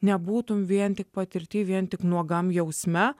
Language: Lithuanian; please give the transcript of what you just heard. nebūtum vien tik patirty vien tik nuogam jausme